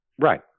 right